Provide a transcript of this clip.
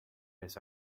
miss